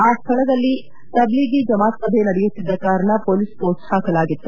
ಆ ಸ್ಥಳದಲ್ಲಿ ತಬ್ಲೀಘಿ ಜಮಾತ್ ಸಭೆ ನಡೆಯುತ್ತಿದ್ದ ಕಾರಣ ಪೊಲೀಸ್ ಪೋಸ್ಟ್ ಹಾಕಲಾಗಿತ್ತು